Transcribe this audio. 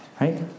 right